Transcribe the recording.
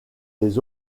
les